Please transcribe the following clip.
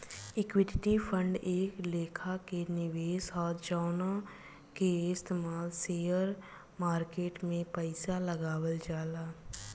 equity fund एक लेखा के निवेश ह जवना के इस्तमाल शेयर मार्केट में पइसा लगावल जाला